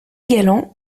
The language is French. galland